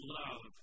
love